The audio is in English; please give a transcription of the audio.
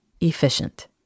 efficient